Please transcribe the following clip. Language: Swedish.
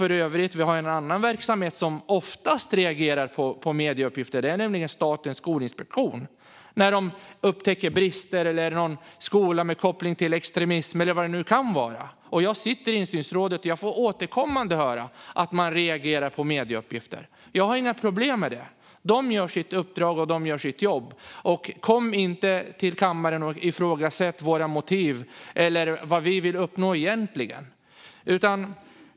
För övrigt har vi en annan verksamhet, nämligen Statens skolinspektion, som oftast reagerar på uppgifterna när medier upptäcker brister eller någon skola med kopplingar till extremism eller vad det nu kan vara. Jag sitter i insynsrådet, och jag får återkommande höra att man reagerar på medieuppgifter. Jag har inga problem med det. De utför sitt uppdrag, och de gör sitt jobb. Kom inte till kammaren och ifrågasätt våra motiv eller vad vi vill uppnå egentligen!